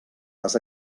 les